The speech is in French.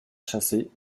chasser